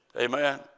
Amen